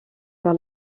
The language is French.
par